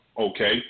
okay